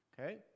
Okay